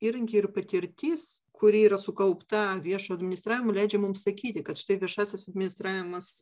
įrankiai ir patirtis kuri yra sukaupta viešo administravimo leidžia mums sakyti kad štai viešasis administravimas